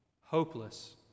hopeless